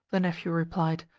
the nephew replied,